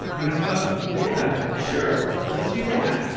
and i thought, yeah, sure, let's do that.